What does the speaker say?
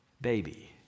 baby